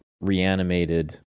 reanimated